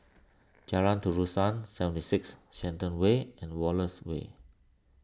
Jalan Terusan seven six Shenton Way and Wallace Way